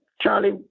Charlie